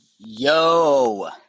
yo